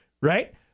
right